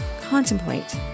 contemplate